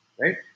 Right